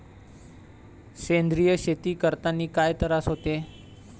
सेंद्रिय शेती करतांनी काय तरास होते?